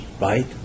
right